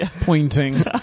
pointing